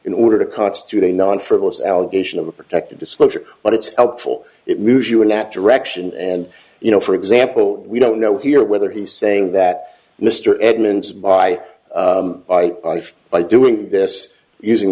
in order to constitute a non frivolous allegation of a protected disclosure but it's helpful it moves you in that direction and you know for example we don't know here whether he's saying that mr edmunds by by doing this using